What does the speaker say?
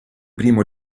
primo